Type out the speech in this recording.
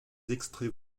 extraits